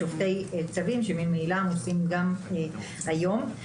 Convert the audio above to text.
שופטי צווים שממילא עמוסים גם היום.